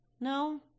No